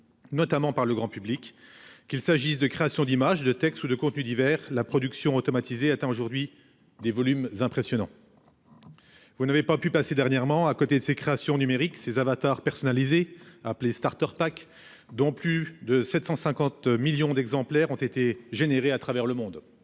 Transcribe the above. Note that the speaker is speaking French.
notamment par le grand public. Qu'il s'agisse de créations d'images, de textes ou de contenus divers, la production automatisée atteint aujourd'hui des volumes impressionnants. Vous n'avez pas pu passer dernièrement à côté de ces créations numériques, ces avatars personnalisés, appelés starter packs, dont plus de 750 millions d'exemplaires ont été générés à travers le monde.